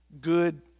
good